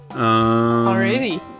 Already